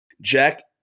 Jack